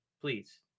Please